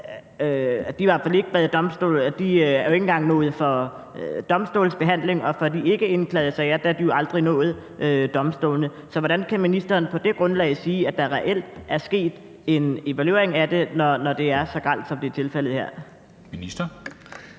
engang er nået til domstolsbehandling, og det for de ikkeindklagede sager aldrig er nået til domstolene. Så hvordan kan ministeren på det grundlag sige, at der reelt er sket en evaluering af det, når det er så grelt, som det er tilfældet her?